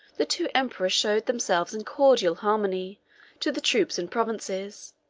the two emperors showed themselves in cordial harmony to the troops and provinces